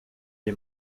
est